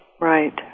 right